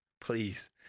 Please